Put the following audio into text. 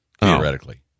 theoretically